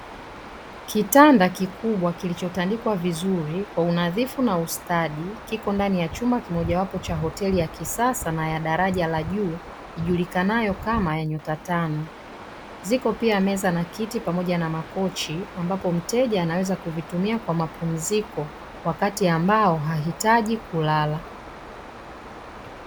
Kitanda kikubwa kilicho tandikwa vizuri kwa unadhifu na ustadi kipo ndani ya chumba kimojawapo cha hoteli ya kisasa na yadafaja la juu ijulikanayo kama ya nyota tano, ziko pia meza na kiti pamoja na kochi, ambapo mteja anaweza kuvitumia kwa mapumziko wakati ambao haitaji kulala.